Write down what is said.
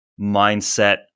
mindset